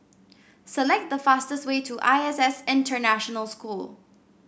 select the fastest way to I S S International School